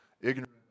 ignorant